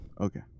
Okay